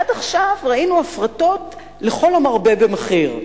עד עכשיו ראינו הפרטות לכל המרבה במחיר,